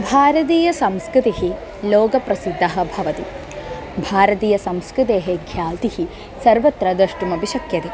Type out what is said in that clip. भारतीयसंस्कृतिः लोकप्रसिद्धः भवति भारतीयसंस्कृतेः ज्ञातिः सर्वत्र द्रष्टुमपि शक्यते